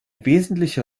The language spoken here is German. wesentliche